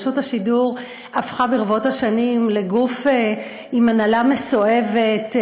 רשות השידור הפכה ברבות השנים לגוף עם הנהלה מסואבת,